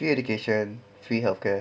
free education free healthcare